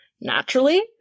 Naturally